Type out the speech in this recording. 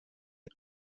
est